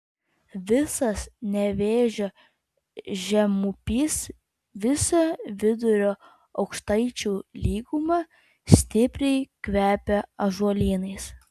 visas nevėžio žemupys visa vidurio aukštaičių lyguma stipriai kvepia ąžuolynais